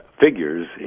figures